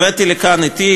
הבאתי לכאן אתי,